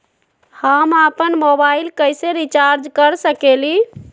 हम अपन मोबाइल कैसे रिचार्ज कर सकेली?